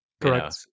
Correct